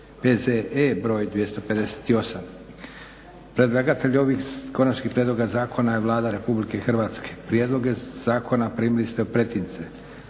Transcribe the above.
PZE br 258 Predlagatelj ovih konačnih prijedloga zakona je Vlada Republike Hrvatske. Prijedloge zakona primili ste u pretince.